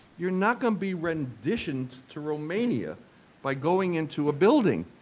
you're not gonna be renditioned to romania by going into a building.